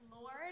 Lord